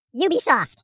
Ubisoft